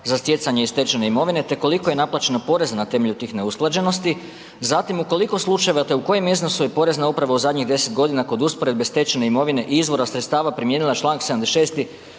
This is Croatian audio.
za stjecanje i stečene imovine te koliko je naplaćeno poreza na temelju tih neusklađenosti? Zatim u koliko slučaja te u kojim mjestima je Porezna u zadnjih 10 g. kod usporedbe stečene imovine i izvora sredstava primijenila čl. 76.